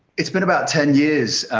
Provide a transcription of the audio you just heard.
it's been about ten years.